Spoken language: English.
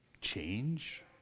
Change